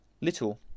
little